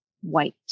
white